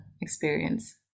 experience